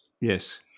Yes